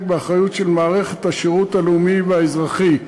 באחריות של מערכת השירות הלאומי והאזרחי,